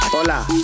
Hola